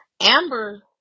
Amber